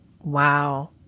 Wow